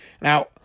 Now